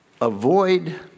avoid